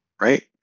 right